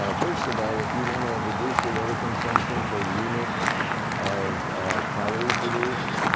ah first of all, if you want to reduce your water consumption per unit of calorie produced,